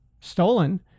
stolen